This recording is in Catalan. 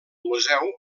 museu